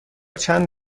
چند